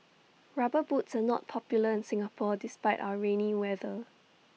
rubber boots are not popular in Singapore despite our rainy weather